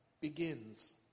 begins